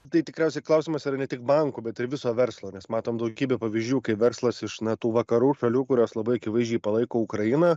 tai tikriausiai klausimas yra ne tik bankų bet ir viso verslo nes matom daugybę pavyzdžių kai verslas iš na tų vakarų šalių kurios labai akivaizdžiai palaiko ukrainą